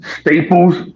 staples